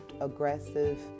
aggressive